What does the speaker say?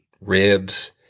ribs